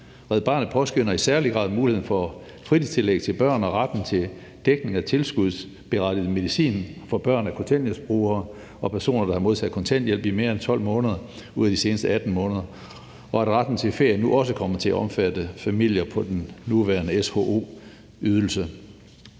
Red Barnet påskønner i særlig grad muligheden for fritidstillæg til børn og retten til dækning af tilskudsberettiget medicin for børn af kontanthjælpsbrugere og personer, der har modtaget kontanthjælp i mere end 12 måneder ud af de seneste 18 måneder, og at retten til ferie nu også kommer til at omfatte familier på den nuværende SHO-ydelse.«